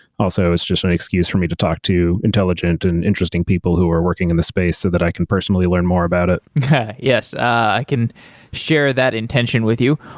also, it's just an excuse for me to talk to intelligent and interesting interesting people who are working in the space, so that i can personally learn more about it yeah yes, i can share that intention with you.